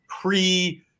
pre-